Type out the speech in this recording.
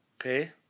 Okay